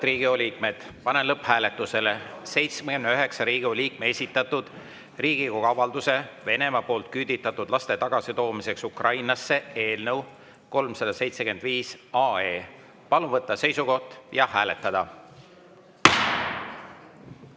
Riigikogu liikmed, panen lõpphääletusele 79 Riigikogu liikme esitatud Riigikogu avalduse "Venemaa poolt küüditatud laste tagasitoomiseks Ukrainasse" eelnõu 375. Palun võtta seisukoht ja hääletada!